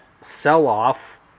sell-off